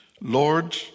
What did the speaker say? Lord